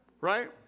right